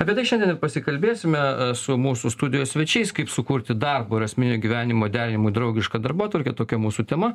apie tai šiandien ir pasikalbėsime su mūsų studijos svečiais kaip sukurti darbo ir asmeninio gyvenimo derinimui draugišką darbotvarkę tokia mūsų tema